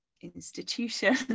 institution